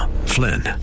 Flynn